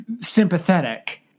sympathetic